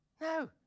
No